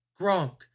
Gronk